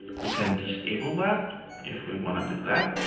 we can disable that if we wanna do that,